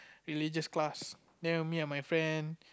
religious class then me and my friend